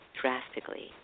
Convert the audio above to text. drastically